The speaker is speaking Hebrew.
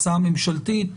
הצעה ממשלתית,